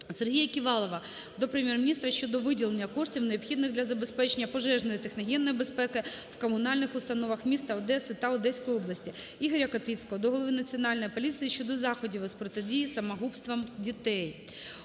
Сергія Ківалова до Прем'єр-міністра щодо виділення коштів необхідних для забезпечення пожежної і техногенної безпеки в комунальних установах міста Одеса та Одеської області. Ігоря Котвіцького до голови Національної поліції щодо заходів із протидії самогубствам дітей.